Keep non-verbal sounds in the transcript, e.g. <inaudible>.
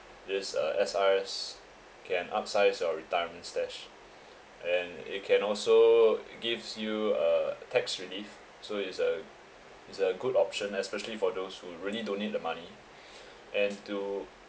this uh S_R_S can up size your retirement stash and it can also gives you a tax relief so it's a it's a good option especially for those who really don't need the money <breath> and to